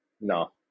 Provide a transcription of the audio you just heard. no